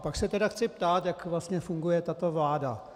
A pak se tedy chci ptát, jak vlastně funguje tato vláda.